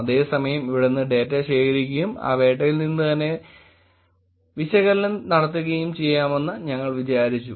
അതേസമയം ഇവിടെ നിന്ന് ഡേറ്റ ശേഖരിക്കുകയും ആ വേട്ടയിൽ നിന്ന്തന്നെ വിശകലനം നടത്തുകയും ചെയ്യണമെന്ന് ഞങ്ങൾ വിചാരിച്ചു